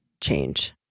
change